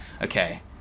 Okay